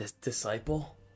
Disciple